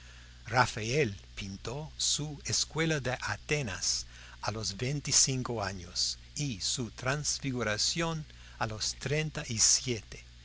rafael pintó su escuela de atenas a los veinticinco años y su transfiguración a los treinta y siete